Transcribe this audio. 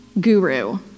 guru